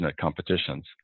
competitions